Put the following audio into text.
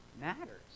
matters